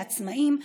לעצמאים,